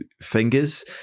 fingers